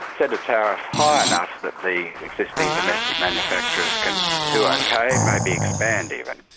set a tariff high enough that the existing domestic manufacturers can do okay, maybe expand even.